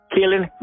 Killing